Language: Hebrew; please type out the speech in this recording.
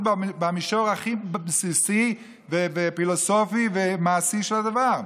במישור הכי בסיסי ופילוסופי ומעשי של הדבר,